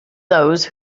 those